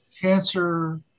cancer